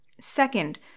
Second